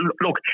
look